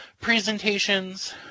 presentations